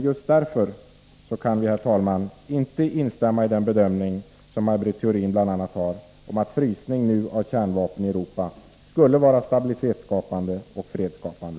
Just därför, herr talman, kan vi inte instämma i den bedömning som bl.a. Maj Britt Theorin gör om att en frysning nu av kärnvapnen i Europa skulle vara stabilitetsskapande och fredsskapande.